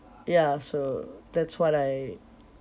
ya so that's what I